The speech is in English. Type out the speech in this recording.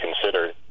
considered